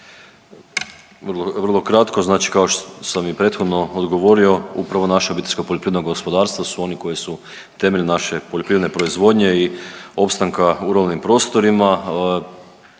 vrlo kratko. Znači kao što sam i prethodno odgovorio upravo naša obiteljska poljoprivredna gospodarstva su oni koji su temelj naše poljoprivredne proizvodnje i opstanka u ruralnim prostorima.